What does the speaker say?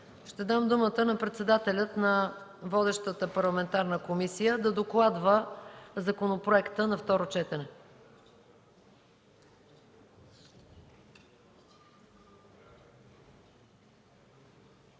Ще дам думата на председателя на водещата парламентарна комисия да докладва законопроекта на второ четене.